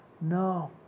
no